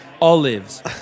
Olives